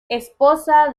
esposa